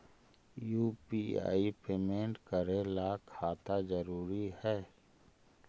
UPI payment करे ला खाता जरूरी है?